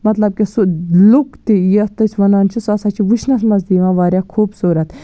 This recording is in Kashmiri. مطلب کہِ سُہ لُک تہِ یَتھ أسۍ وَنان چھِ سُہ ہسا چھٕ وٕچھنَس منٛز تہِ یِوان واریاہ خوٗبصوٗرَت